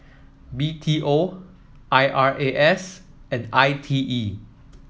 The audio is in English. B T O I R A S and I T E